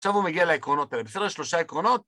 עכשיו הוא מגיע לעקרונות האלה, בסדר? שלושה עקרונות.